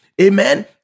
Amen